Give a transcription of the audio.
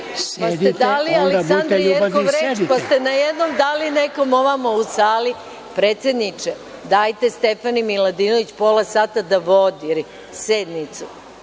pa ste najednom dali nekom ovamo u sali? Predsedniče, dajte Stefani Miladinović pola sata da vodi sednicu,